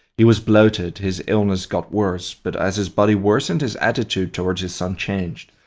he was bloated, his illnesses got worse but as his body worsened, his attitude towards his son changed.